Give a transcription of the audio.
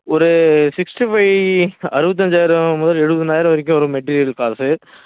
ஒரு sixty five அறுபத்தஞ்சாயிரம் முதல் எழுபதனாயிரம் வரைக்கும் வரும் மெட்டீரியல் காசு